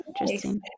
Interesting